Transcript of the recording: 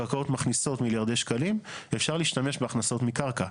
הקרקעות מכניסות מיליארדי שקלים ואפשר להשתמש בהכנסות מקרקע.